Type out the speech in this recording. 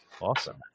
Awesome